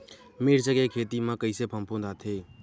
मिर्च के खेती म कइसे फफूंद आथे?